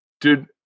dude